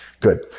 Good